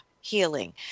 Healing